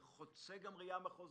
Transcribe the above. זה חוצה גם ראייה מחוזית.